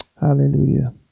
Hallelujah